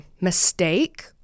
mistake